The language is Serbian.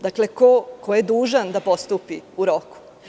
Dakle, ko je dužan da postupi u roku?